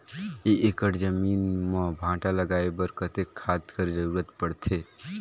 एक एकड़ जमीन म भांटा लगाय बर कतेक खाद कर जरूरत पड़थे?